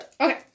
Okay